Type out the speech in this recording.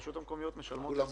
הרשויות המקומיות משלמות את זה.